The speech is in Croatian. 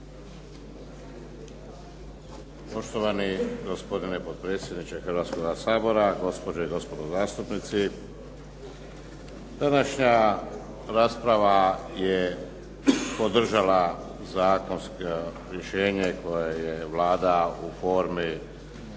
Poštovani gospodine potpredsjedniče Hrvatskoga sabora, gospođe i gospodo zastupnici. Današnja rasprava je podržala zakonske rješenje koje je Vlada u formi